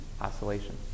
oscillation